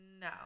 no